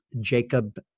Jacob